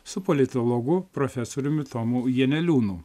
su politologu profesoriumi tomu janeliūnu